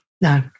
No